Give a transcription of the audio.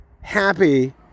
happy